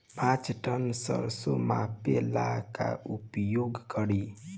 पाँच टन सरसो मापे ला का उपयोग करी?